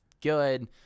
good